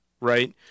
right